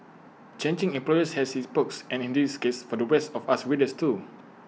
changing employers has its perks and in this case for the rest of us readers too